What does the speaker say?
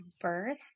birth